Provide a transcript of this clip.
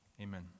Amen